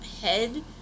head